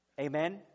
Amen